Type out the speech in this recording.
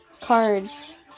cards